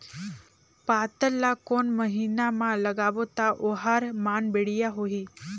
पातल ला कोन महीना मा लगाबो ता ओहार मान बेडिया होही?